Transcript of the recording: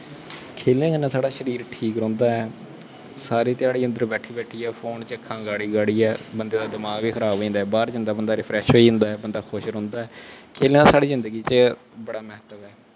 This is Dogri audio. खेलने कन्नै साढ़ै शरीर ठीक रौंह्दा ऐ सारी ध्याढ़ी अन्दर बैठी बैठियै फोन च अक्खां गाह्ड़ी गाह्ड़ियै दमाक बी बंदे दा खराब होई जंदा ऐ बाह्र जंदा बंदा रिफ्रैश होई जंदा ऐ बंदा खुश रौंह्दा ऐ खेलें दा साढ़ी जिन्दगी च बड़ा म्हत्तव ऐ